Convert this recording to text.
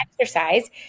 exercise